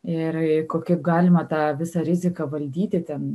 ir kaip galima tą visą riziką valdyti